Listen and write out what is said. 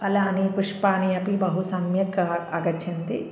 फलानि पुष्पाणि अपि बहु सम्यक् आगच्छन्ति